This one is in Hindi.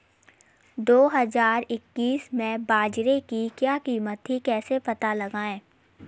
दो हज़ार इक्कीस में बाजरे की क्या कीमत थी कैसे पता लगाएँ?